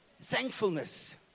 thankfulness